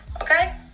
Okay